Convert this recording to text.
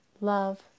Love